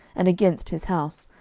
and against his house,